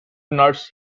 nurse